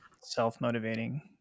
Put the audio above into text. self-motivating